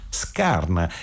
scarna